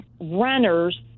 runners